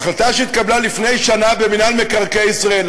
בהחלטה שהתקבלה לפני שנה במינהל מקרקעי ישראל,